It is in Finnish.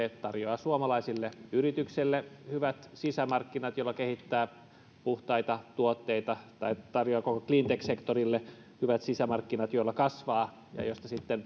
tarjoaa suomalaisille yrityksille hyvät sisämarkkinat joilla kehittää puhtaita tuotteita tai tarjoaa koko cleantech sektorille hyvät sisämarkkinat joilla kasvaa ja joilta sitten